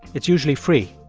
it's usually free.